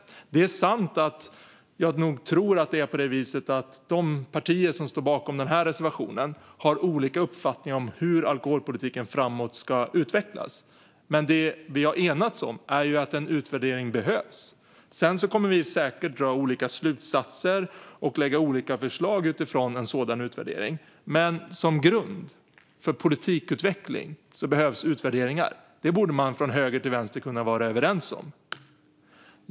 Det är sant att jag tror att de partier som står bakom den här reservationen har olika uppfattningar om hur alkoholpolitiken ska utvecklas framöver. Det vi har enats om är att en utvärdering behövs. Sedan kommer vi säkert att dra olika slutsatser och lägga fram olika förslag utifrån en sådan utvärdering. Men som grund för politikutveckling behövs utvärderingar. Det borde man från höger till vänster kunna vara överens om.